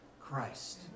Christ